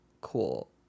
cool